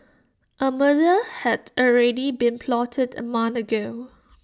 A murder had already been plotted A month ago